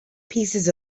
pieces